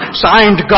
signed